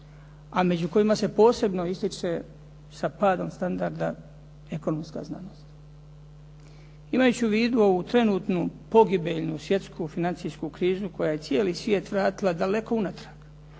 A među kojima se posebno ističe sa padom standarda ekonomska znanost. Imajući u vidu ovu trenutnu pogibeljnu svjetsku financijsku krizu koja je cijeli svijet vratila daleko unatrag,